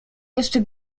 jeszcze